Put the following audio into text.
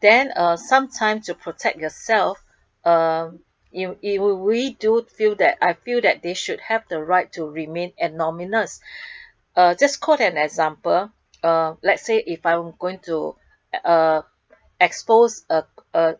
then uh sometime to protect yourself uh you it it will we do feel that I feel that they should have the right to remain anonymous uh just quote an example uh let's say if I I'm going to uh expose a